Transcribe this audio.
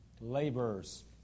Laborers